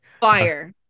fire